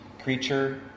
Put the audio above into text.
Creature